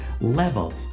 level